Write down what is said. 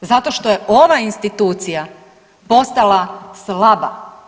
Zato što je ova institucija postala slaba.